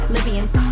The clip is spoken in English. Libyans